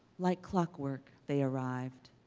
like clockwork they arrived,